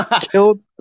Killed